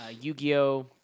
Yu-Gi-Oh